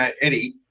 Eddie